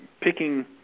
picking